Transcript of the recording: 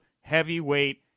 heavyweight